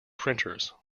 printers